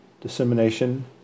dissemination